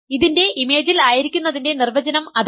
ഇതിന്റെ ഇമേജിൽ ആയിരിക്കുന്നതിന്റെ നിർവചനം അതാണ്